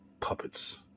puppets